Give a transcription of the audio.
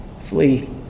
Flee